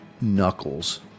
knuckles